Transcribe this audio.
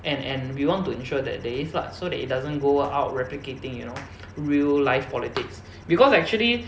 and and we want to ensure that there is lah so that it doesn't go out replicating you know real life politics because actually